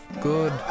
good